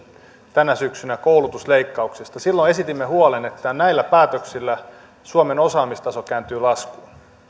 tänä syksynä välikysymyksen koulutusleikkauksista silloin esitimme huolen että näillä päätöksillä suomen osaamistaso kääntyy laskuun